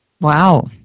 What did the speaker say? Wow